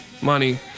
money